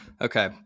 Okay